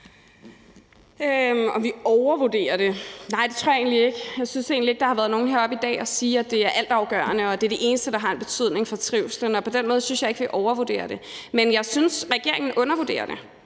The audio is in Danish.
at vi overvurderer det? Nej, det tror jeg egentlig ikke. Jeg synes egentlig ikke, der har været nogen heroppe i dag og sige, at det er altafgørende, og at det er det eneste, der har en betydning for trivslen. På den måde synes jeg ikke, vi overvurderer det. Men jeg synes, at regeringen undervurderer det,